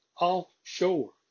offshore